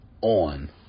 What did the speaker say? on